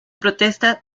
protesta